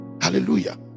Hallelujah